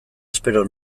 espero